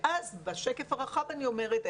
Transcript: ואז בשקף הרחב אני אומרת,